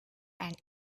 and